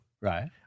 right